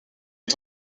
est